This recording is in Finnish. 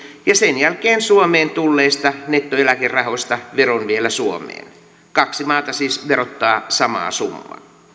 ja sen jälkeen suomeen tulleista nettoeläkerahoista veron vielä suomeen kaksi maata siis verottaa samaa summaa